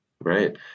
Right